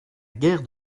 guerre